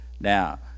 now